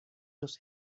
los